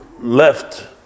left